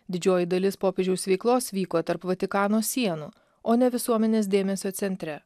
didžioji dalis popiežiaus veiklos vyko tarp vatikano sienų o ne visuomenės dėmesio centre